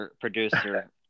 producer